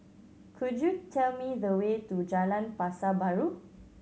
could you tell me the way to Jalan Pasar Baru